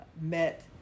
met